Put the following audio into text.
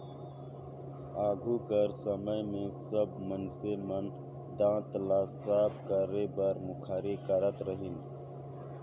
आघु कर समे मे सब मइनसे मन दात ल साफ करे बर मुखारी करत रहिन